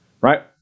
right